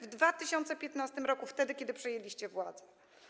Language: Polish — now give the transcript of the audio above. W 2015 r., wtedy kiedy przejęliście władzę.